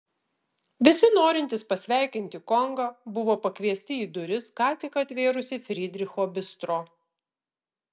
visi norintys pasveikinti kongą buvo pakviesti į duris ką tik atvėrusį frydricho bistro